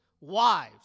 wives